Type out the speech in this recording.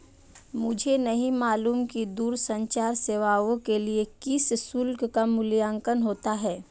मुझे नहीं मालूम कि दूरसंचार सेवाओं के लिए किस शुल्क का मूल्यांकन होता है?